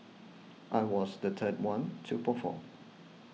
I was the third one to perform